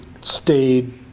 stayed